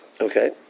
Okay